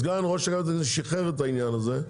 סגן ראש אגף תקציבים שחרר את העניין הזה.